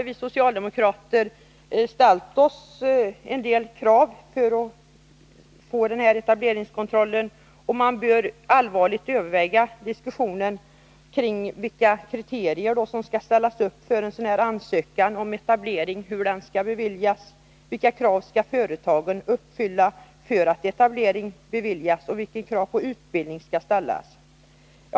Vi socialdemokrater har således ställt en del krav på etableringskontrollen, och vi anser att man bör allvarligt överväga vilka kriterier som skall ställas upp för att en ansökan om etablering skall beviljas och vilka krav som skall uppfyllas av företagen för att etablering skall beviljas och vilka krav på utbildning som skall ställas.